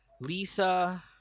lisa